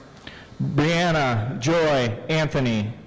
brianna joy anthony.